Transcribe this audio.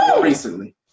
recently